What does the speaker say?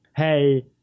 Hey